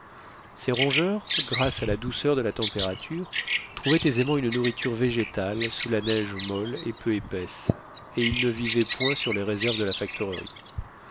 ces rongeurs grâce à la douceur de la température trouvaient aisément une nourriture végétale sous la neige molle et peu épaisse et ils ne vivaient point sur les réserves de la